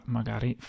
magari